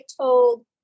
told